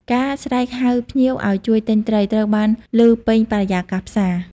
ការស្រែកហៅភ្ញៀវឱ្យជួយទិញត្រី ត្រូវបានឮពេញបរិយាកាសផ្សារ។